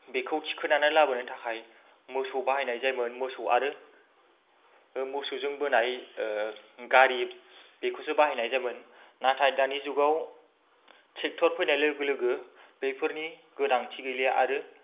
बेखौ थिखांनानै लाबोनो थाखाय मोसौ बाहायनाय जायोमोन मोसौ आरो मोसौजों बोनाय गारि बेखौसो बाहायनाय जायोमोन नाथाय दानि जुगाव ट्रेक्ट'र फैनाय लोगो लोगो बैफोरनि गोनांथि गैलिया आरो